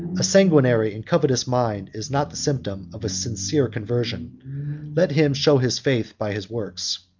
a sanguinary and covetous mind is not the symptom of a sincere conversion let him show his faith by his works.